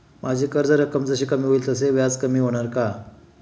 माझी कर्ज रक्कम जशी कमी होईल तसे व्याज कमी होणार का?